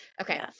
okay